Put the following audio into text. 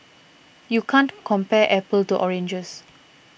you can't compare apples to oranges